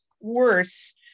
worse